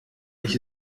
ich